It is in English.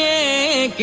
a